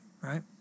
Right